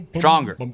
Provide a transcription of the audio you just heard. stronger